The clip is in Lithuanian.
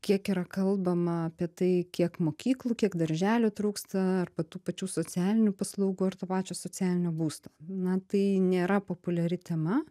kiek yra kalbama apie tai kiek mokyklų kiek darželių trūksta arba tų pačių socialinių paslaugų ar to pačio socialinio būsto na tai nėra populiari tema